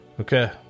Okay